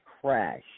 crash